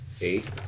Eight